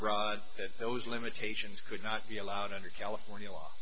that those limitations could not be allowed under california law